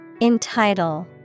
Entitle